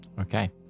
Okay